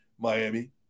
Miami